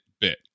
bit